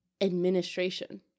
administration